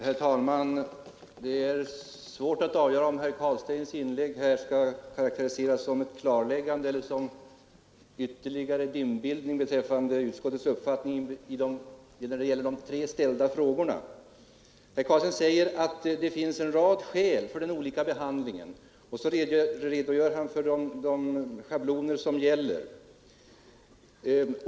Herr talman! Det är svårt att avgöra om herr Carlsteins inlägg skall karakteriseras som ett klarläggande eller som en ytterligare dimbildning beträffande utskottets uppfattning när det gäller de tre ställda frågorna. Herr Carlstein säger att det finns en rad skäl för olika behandling och redogör för de schabloner som gäller.